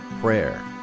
Prayer